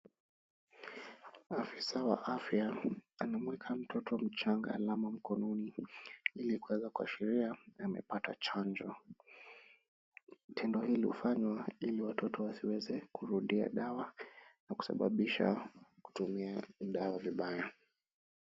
Afisa wa afya anamueka mtoto mchanga alama mkononi ili kuweza kuashiria amepata chanjo. Tendo hili hufanywa ili watoto wasiweze kurudia dawa na kusababisha kutumia dawa vibaya.